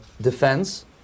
defense